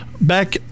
back